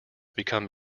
become